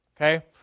Okay